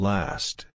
Last